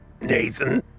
Nathan